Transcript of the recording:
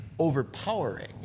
Overpowering